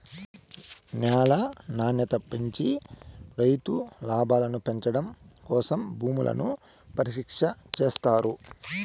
న్యాల నాణ్యత పెంచి రైతు లాభాలను పెంచడం కోసం భూములను పరీక్ష చేత్తారు